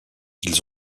ils